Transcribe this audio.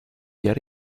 yet